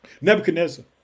Nebuchadnezzar